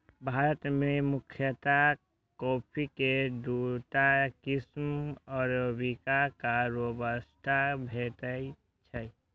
भारत मे मुख्यतः कॉफी के दूटा किस्म अरेबिका आ रोबास्टा भेटै छै